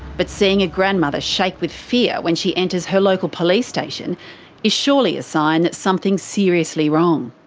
but seeing a grandmother shake with fear when she enters her local police station is surely a sign that something's seriously wrong.